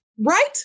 Right